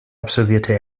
absolvierte